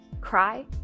cry